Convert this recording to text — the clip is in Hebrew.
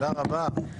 תודה רבה.